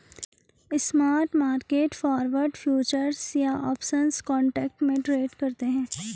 spot market forward, futures या options contract में trade करते हैं